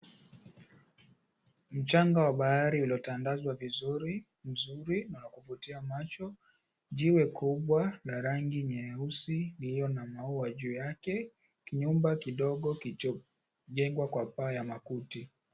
Mchanga wa bahari uliotandazwa vizuri na wa kuvutia macho. Jiwe kubwa la rangi nyeusi iliyo na maua juu yake. Nyumba kidogo kilichojengwa kwa paa ya makuti.